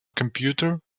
computer